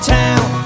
town